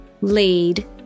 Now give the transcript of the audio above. lead